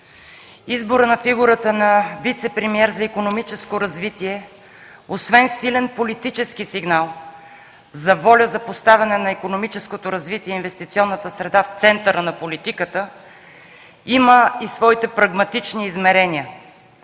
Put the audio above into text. Изборът на фигурата на вицепремиер за икономическо развитие, освен силен политически сигнал за воля за поставяне на икономическото развитие и инвестиционната среда в центъра на политиката, има и своите прагматични измерения.